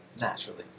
Naturally